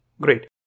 Great